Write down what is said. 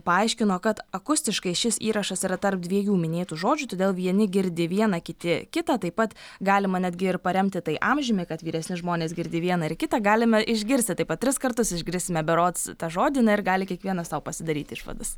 paaiškino kad akustiškai šis įrašas yra tarp dviejų minėtų žodžių todėl vieni girdi viena kiti kita taip pat galima netgi ir paremti tai amžiumi kad vyresni žmonės girdi viena ir kita galime išgirsti taip pat tris kartus išgirsime berods žodį na ir gali kiekvienas sau pasidaryt išvadas